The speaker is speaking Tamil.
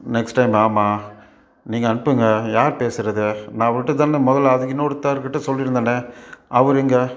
நெக்ஸ்ட் டைம் ஆமாம் நீங்கள் அனுப்புங்க யார் பேசுவது நான் அவுர்கிட்டதான மொதலில் அது இன்னொருத்தருக்கிட்ட சொல்லிருந்தேனே அவர் எங்கே